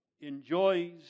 enjoys